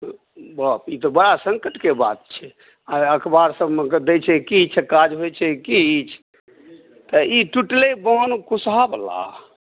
बाप ई तऽ बड़ा सङ्कटके बात छै आइ अखबार सभमे दै छै किछु आ काज होइ छै किछु तऽ ई टुटलै बान्ह कुशहा वाला